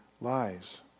lies